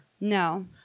No